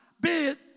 bid